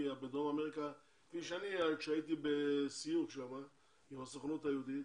כפי שראיתי כשהייתי בסיור שם עם הסוכנות היהודית,